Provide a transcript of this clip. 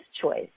choice